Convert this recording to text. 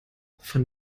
von